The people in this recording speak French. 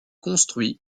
construit